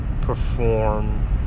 perform